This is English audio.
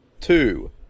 two